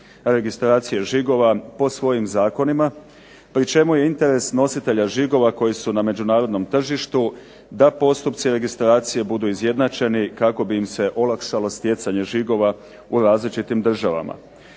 registracije žigova po svojim zakonima pri čemu je interes nositelja žigova koji su na međunarodnom tržištu da postupci registracije budu izjednačeni kako bi im se olakšalo stjecanje žigova u različitim državama.